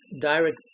direct